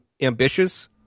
ambitious